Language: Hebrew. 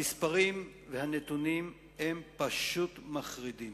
המספרים והנתונים הם פשוט מחרידים,